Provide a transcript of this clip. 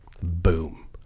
Boom